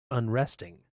unresting